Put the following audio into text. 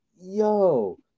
yo